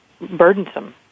burdensome